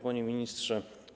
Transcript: Panie Ministrze!